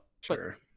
sure